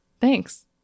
Thanks